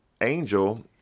angel